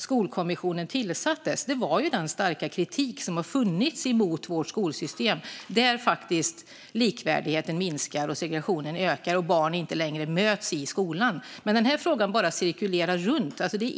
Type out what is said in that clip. Skolkommissionen tillsattes på grund av den starka kritik som har funnits mot vårt skolsystem där likvärdigheten minskar, segregationen ökar och barn inte längre möts i skolan. Frågan cirkulerar runt.